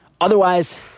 otherwise